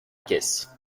caisse